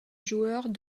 joueurs